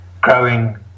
growing